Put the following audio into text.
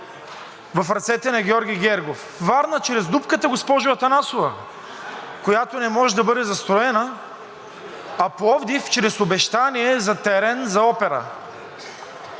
в ръцете на Георги Гергов – Варна чрез дупката, госпожо Атанасова, която не може да бъде застроена, а Пловдив чрез обещание за терен за опера.